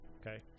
Okay